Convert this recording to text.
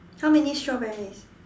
how many strawberries